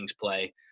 play